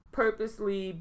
purposely